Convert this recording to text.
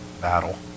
battle